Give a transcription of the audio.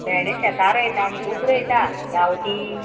भेणें शेतां रोयता आमी खूब रोयता गांवठी